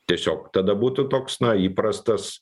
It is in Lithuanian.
tiesiog tada būtų toks na įprastas